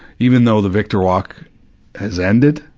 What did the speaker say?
even though the victor walk has ended,